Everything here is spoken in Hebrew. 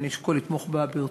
אני אשקול לתמוך בה ברצינות.